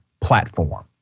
platform